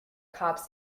cops